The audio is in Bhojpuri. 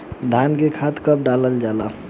धान में खाद कब डालल जाला?